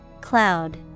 Cloud